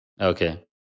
Okay